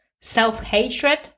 self-hatred